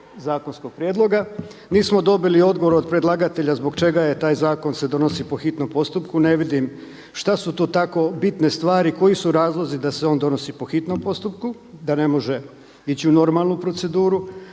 zakonskog prijedloga. Nismo dobili odgovor od predlagatelja zbog čega taj zakon se donosi po hitnom postupku. Ne vidim što su tu tako bitne stvari, koji su razlozi da se on donosi po hitnom postupku da ne može ići u normalnu proceduru.